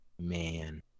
Man